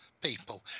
people